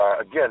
again